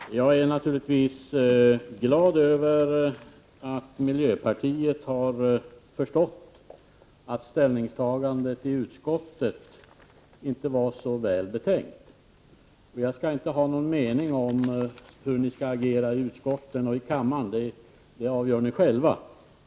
Herr talman! Jag är naturligtvis glad över att man inom miljöpartiet har insett att ställningstagandet i utskottet inte var så väl betänkt. Jag skallinte ha någon mening om hur ni skall agera i utskotten och i kammaren — det avgör ni själva.